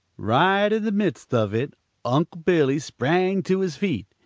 right in the midst of it unc' billy sprang to his feet.